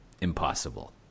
impossible